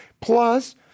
plus